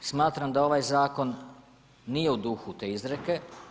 Smatram da ovaj zakon nije u duhu te izreke.